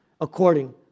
according